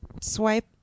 swipe